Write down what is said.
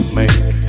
make